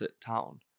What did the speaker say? town